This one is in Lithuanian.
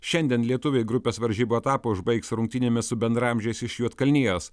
šiandien lietuviai grupės varžybų etapą užbaigs rungtynėmis su bendraamžiais iš juodkalnijos